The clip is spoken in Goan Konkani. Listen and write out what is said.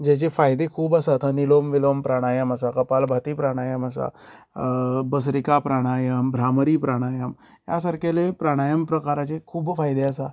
जेजे फायदे खूब आसात जसो अनिलोम विलोम प्राणायम आसा कपाल भारती प्राणायम आसा भस्लीका प्राणायम भ्रामरी प्राणायम ह्या सारकेले प्राणायम प्रकारचे खूब फायदे आसा